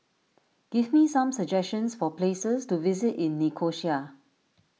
give me some suggestions for places to visit in Nicosia